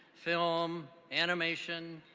film, animation,